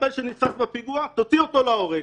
מחבל שנתפס בפיגוע, תוציאו אותו להורג.